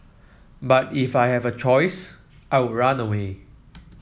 but if I had a choice I would run away